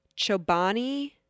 Chobani